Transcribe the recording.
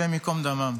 השם ייקום דמם.